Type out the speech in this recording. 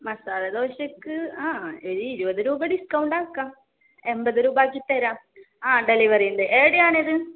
മസാല ദോശക്ക് ആ ഒരു ഇരുപത് രൂപ ഡിസ്കൗണ്ടാക്കാം എൺപത് രൂപാക്കി തരാം ആ ഡെലിവെറിയുണ്ട് എവിടെയാണിത്